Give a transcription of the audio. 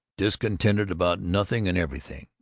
discontented about nothing and everything,